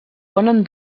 ponen